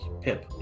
Pip